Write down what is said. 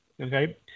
Okay